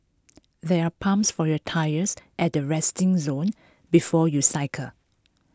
there are pumps for your tyres at the resting zone before you cycle